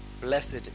blessed